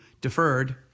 deferred